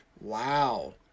Wow